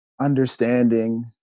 understanding